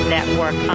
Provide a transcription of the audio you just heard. Network